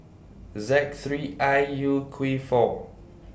Z three I U Q four